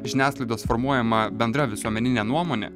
žiniasklaidos formuojama bendra visuomeninė nuomonė